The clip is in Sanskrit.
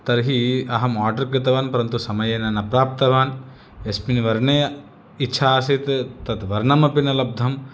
तर्हि अहम् आर्डर् कृतवान् परन्तु समयेन न प्राप्तवान् यस्मिन् वर्णे इच्छा आसीत् तत् वर्णमपि न लब्धम्